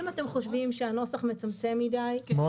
אם אתם חושבים שהנוסח מצמצם מדיי בסדר.